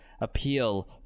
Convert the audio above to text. appeal